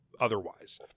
otherwise